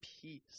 peace